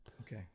Okay